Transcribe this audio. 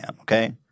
okay